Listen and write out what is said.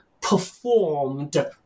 performed